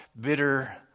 bitter